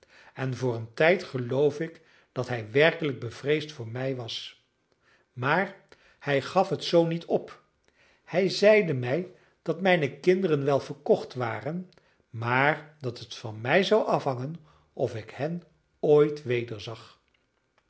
en voor een tijd geloof ik dat hij werkelijk bevreesd voor mij was maar hij gaf het zoo niet op hij zeide mij dat mijne kinderen wel verkocht waren maar dat het van mij zou afhangen of ik hen ooit wederzag